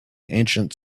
ancient